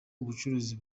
ubucukuzi